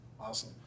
Awesome